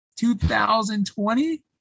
2020